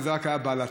זה רק היה בהלצה.